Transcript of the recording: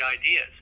ideas